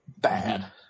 bad